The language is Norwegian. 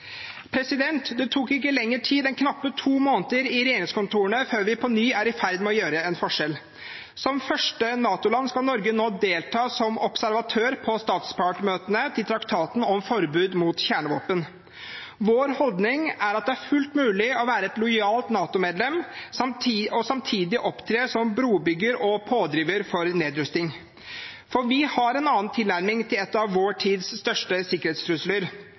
Det tok ikke lengre tid enn knappe to måneder i regjeringskontorene før vi på ny er i ferd med å gjøre en forskjell. Som første NATO-land skal Norge nå delta som observatør på statspartsmøtene til traktaten om forbud mot kjernevåpen. Vår holdning er at det er fullt mulig å være et lojalt NATO-medlem og samtidig opptre som brobygger og pådriver for nedrusting. Vi har en annen tilnærming til en av vår tids største sikkerhetstrusler